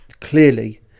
clearly